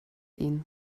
ihn